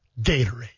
Gatorade